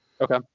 Okay